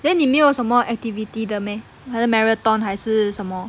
then 你没有什么 activity 的好像 marathon 还是什么